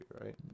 right